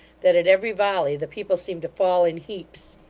that at every volley the people seemed to fall in heaps.